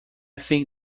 think